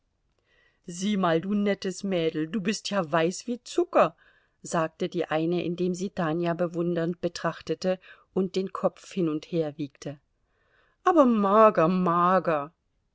sieh mal du nettes mädel du bist ja weiß wie zucker sagte die eine indem sie tanja bewundernd betrachtete und den kopf hin und her wiegte aber mager